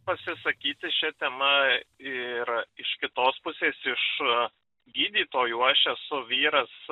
pasisakyti šia tema ir iš kitos pusės iš gydytojų aš esu vyras